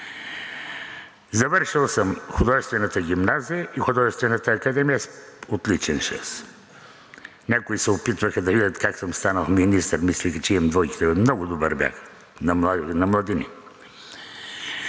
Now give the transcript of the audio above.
Завършил съм Художествената гимназия и Художествената академия с отличен шест. Някои се опитваха да видят как съм станал министър, мислеха, че имам двойки – много добър бях на младини.